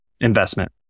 Investment